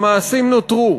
אבל המעשים נותרו.